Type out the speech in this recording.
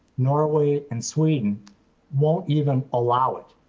norway and sweden won't even allow it.